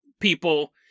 people